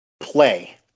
play